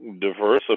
diversify